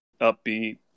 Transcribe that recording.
upbeat